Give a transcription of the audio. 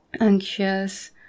anxious